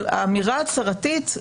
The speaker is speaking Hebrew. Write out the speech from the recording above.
אבל האמירה ההצהרתית,